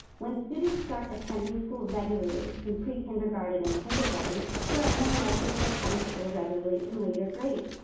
when students start attending school regularly in prekindergarten and kindergarten, they are more likely to attend school regularly in later grades.